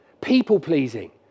People-pleasing